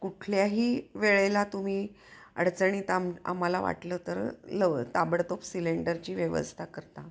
कुठल्याही वेळेला तुम्ही अडचणीत आम आम्हाला वाटलं तर लव ताबडतोब सिलेंडरची व्यवस्था करता